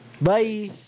Bye